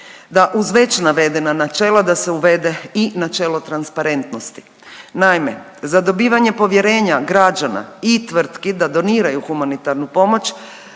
da uz već navedena načela da se uvede i načelo transparentnosti. Naime, za dobivanje povjerenja građana i tvrtki da doniraju humanitarnu pomoć